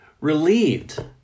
relieved